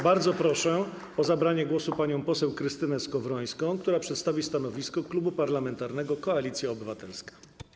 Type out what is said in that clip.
Bardzo proszę o zabranie głosu panią poseł Krystynę Skowrońską, która przedstawi stanowisko Klubu Parlamentarnego Koalicja Obywatelska.